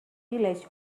village